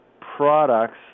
products